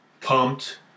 pumped